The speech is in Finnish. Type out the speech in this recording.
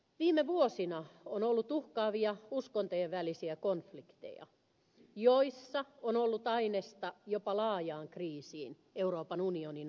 viime vuosina on ollut uhkaavia uskontojen välisiä konflikteja joissa on ollut ainesta jopa laajaan kriisiin euroopan unionin alueella